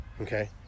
okay